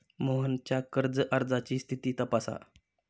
मोहनच्या कर्ज अर्जाची स्थिती तपासा